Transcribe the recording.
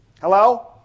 Hello